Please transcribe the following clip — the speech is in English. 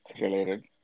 related